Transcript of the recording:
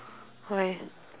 why